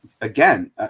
again